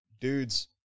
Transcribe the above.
dude's